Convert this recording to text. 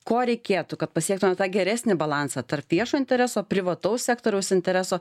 ko reikėtų kad pasiektume tą geresnį balansą tarp viešo intereso privataus sektoriaus intereso